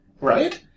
Right